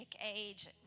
age